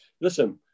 Listen